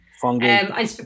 Fungi